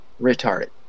retarded